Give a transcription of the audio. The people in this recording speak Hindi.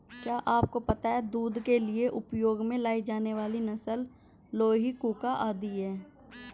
क्या आपको पता है दूध के लिए उपयोग में लाई जाने वाली नस्ल लोही, कूका आदि है?